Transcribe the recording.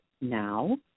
now